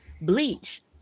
Bleach